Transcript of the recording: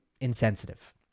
insensitive